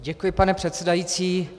Děkuji, pane předsedající.